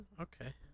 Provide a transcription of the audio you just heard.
Okay